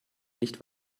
nicht